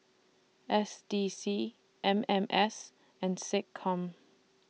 S D C M M S and Seccom